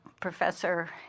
professor